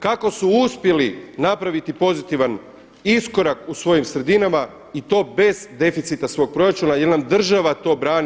Kao su uspjeli napraviti pozitivan iskorak u svojim sredinama i to bez deficita svog proračuna jer nam država to brani.